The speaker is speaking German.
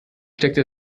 steckte